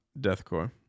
Deathcore